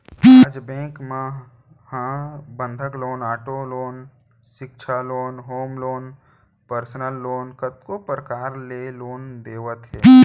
आज बेंक मन ह बंधक लोन, आटो लोन, सिक्छा loan, home loan, personal loan कतको परकार ले लोन देवत हे